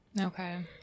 Okay